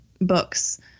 books